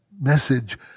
message